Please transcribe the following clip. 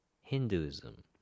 Hinduism